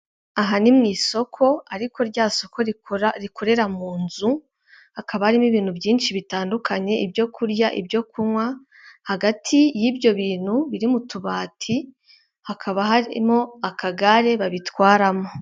Aha ni mu isoko ariko rya soko rikorera mu nzu, hakaba harimo ibintu byinshi bitandukanye ibyo kurya, ibyo kunywa, hagati y'ibyo bintu biri mu tubati hakaba harimo akagare babitwaramo.